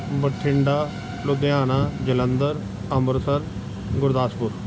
Bathinda Ludhiana Jalandhar Amritsar Gurdaspur